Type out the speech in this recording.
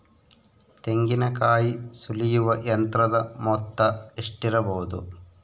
ತೆಂಗಿನಕಾಯಿ ಸುಲಿಯುವ ಯಂತ್ರದ ಮೊತ್ತ ಎಷ್ಟಿರಬಹುದು?